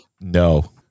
No